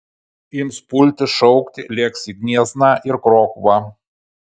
ims pulti šaukti lėks į gniezną ir krokuvą